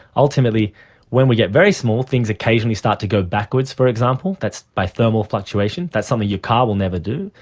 ultimately when we get very small, things occasionally start to go backwards, for example. that's by thermal fluctuation, that something your car will never do,